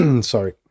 Sorry